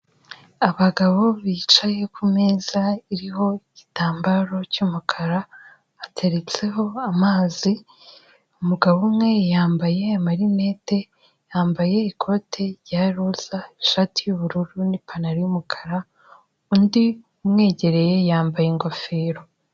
Abagabo bicaye ku meza iriho igitambaro cy'umukara ateretseho amazi, umugabo umwe yambaye amarinete, yambaye ikote ry'iroza, ishati y'ubururu n'ipantaro y'umukara, undi umwegereye yambaye ingofero.